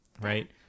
right